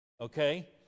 Okay